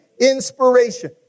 inspiration